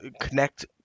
connect